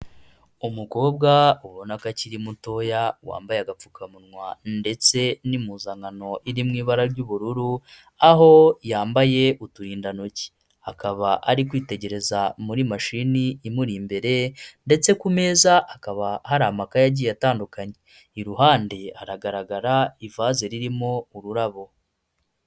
Umukobwa ubona ko akiri mutoya wambaye agapfukamunwa ndetse n'impuzankano iri mu ibara ry'ubururu, aho yambaye uturindantoki, akaba ari kwitegereza muri mashini imuri imbere ndetse ku meza akaba hari amakaye yagiye atandukanye, iruhande haragaragara ivase ririmo ururabo.